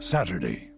Saturday